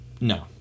No